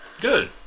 Good